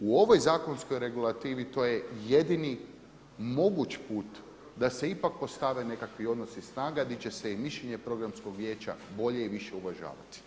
U ovoj zakonskoj regulativi to je jedini moguć put da se ipak postave nekakvi odnosi snaga gdje će se i mišljenje Programskog vijeća bolje i više uvažavati.